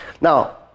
Now